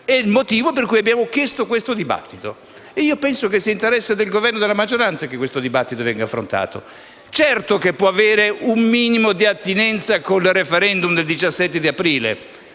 e il motivo per cui abbiamo chiesto questo dibattito. Penso che sia interesse del Governo e della maggioranza che questo dibattito venga affrontato. Certo che può avere un minimo di attinenza con il *referendum* del 17 aprile.